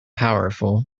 powerful